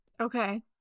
Okay